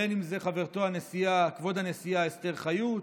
והן אם זה חברתו כבוד הנשיאה אסתר חיות.